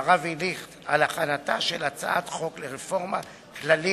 מר אבי ליכט, על הכנתה של הצעת חוק לרפורמה כללית